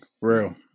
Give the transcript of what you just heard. Real